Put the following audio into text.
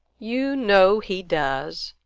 you know he does.